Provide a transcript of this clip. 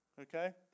okay